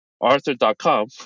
Arthur.com